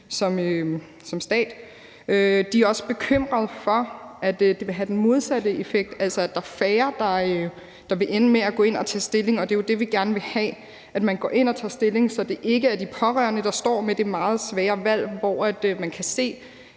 som stat. De er også bekymrede for, at det vil have den modsatte effekt, altså at der er færre, der vil ende med at gå ind og tage stilling, og det er jo det, vi gerne vil have, nemlig at man går ind og tager stilling, så det ikke er de pårørende, der står med det meget svære valg, hvor man kan se,